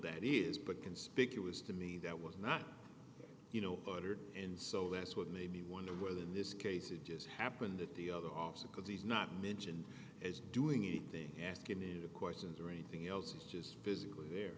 that is but conspicuous to me that was not you know ordered and so that's what made me wonder whether in this case it just happened that the other officer because he's not mentioned as doing anything asking new questions or anything else is just physically there